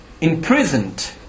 imprisoned